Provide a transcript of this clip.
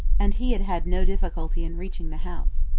and he had had no difficulty in reaching the house.